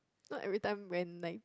not every time when like